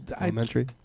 Elementary